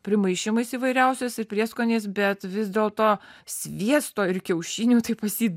primaišymais įvairiausias ir prieskoniais bet vis dėlto sviesto ir kiaušinių tai pas jį